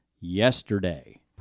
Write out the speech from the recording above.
yesterday